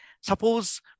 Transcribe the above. suppose